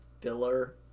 filler